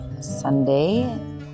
Sunday